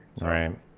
right